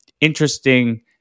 interesting